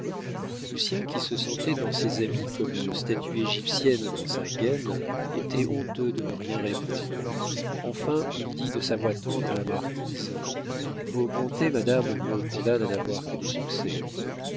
canalis lucien qui se sentait dans ses habits comme une statue égyptienne dans sa gaîne était honteux de ne rien répondre enfin il dit de sa voix tendre à la marquise vos bontés madame me condamnent à n'avoir que des succès